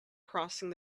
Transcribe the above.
crossing